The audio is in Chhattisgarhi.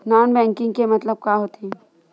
नॉन बैंकिंग के मतलब का होथे?